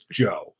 joe